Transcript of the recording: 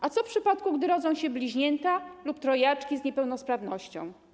A co w przypadku, gdy rodzą się bliźnięta lub trojaczki z niepełnosprawnością?